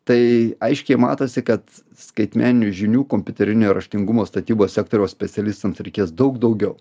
tai aiškiai matosi kad skaitmeninių žinių kompiuterinio raštingumo statybos sektoriaus specialistams reikės daug daugiau